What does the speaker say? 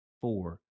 Four